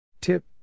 Tip